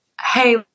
Hey